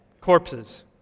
Corpses